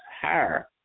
higher